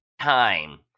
time